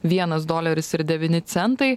vienas doleris ir devyni centai